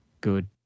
good